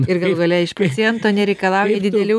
ir galų gale iš paciento nereikalauja didelių